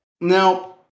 Now